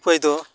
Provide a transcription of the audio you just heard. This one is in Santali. ᱩᱯᱟᱹᱭᱫᱚ